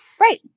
right